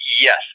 yes